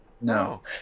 No